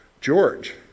George